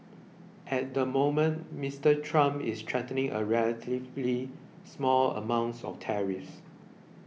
at the moment Mister Trump is threatening a relatively small amounts of tariffs